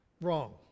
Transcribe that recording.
wrong